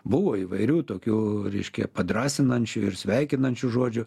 buvo įvairių tokių reiškia padrąsinančių ir sveikinančių žodžių